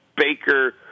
Baker